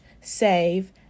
save